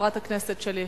חברת הכנסת שלי יחימוביץ.